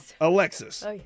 Alexis